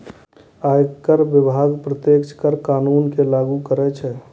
आयकर विभाग प्रत्यक्ष कर कानून कें लागू करै छै